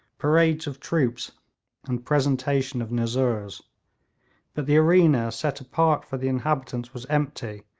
parade of troops and presentation of nuzzurs but the arena set apart for the inhabitants was empty,